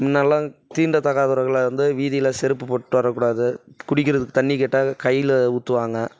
முன்னலாம் தீண்ட தகாதவர்களை வந்து வீதியில செருப்பு போட்டுகிட்டு வரக்கூடாது குடிக்கிறத்துக்கு தண்ணி கேட்டால் கையில ஊற்றுவாங்க